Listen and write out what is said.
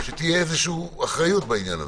שתהיה איזושהי אחריות בעניין הזה.